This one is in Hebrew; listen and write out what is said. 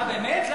מה, באמת?